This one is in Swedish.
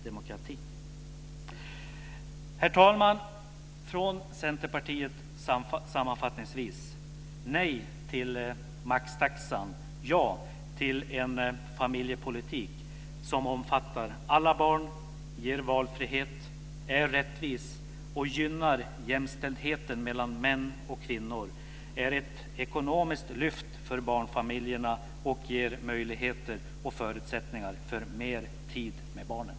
Sammanfattningsvis vill jag från Centerpartiet säga nej till maxtaxan och ja till en familjepolitik som omfattar alla barn och som ger valfrihet, är rättvis och gynnar jämställdheten mellan män och kvinnor, innebär ett ekonomiskt lyft för barnfamiljerna och ger förutsättningar för mer tid med barnen.